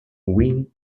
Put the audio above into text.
wing